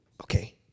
okay